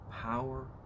power